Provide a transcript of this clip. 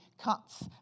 cuts